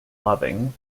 loving